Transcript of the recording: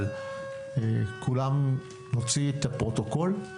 אבל נוציא את הפרוטוקול,